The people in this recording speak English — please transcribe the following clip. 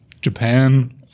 Japan